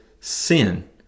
sin